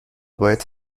باید